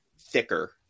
thicker